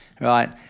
right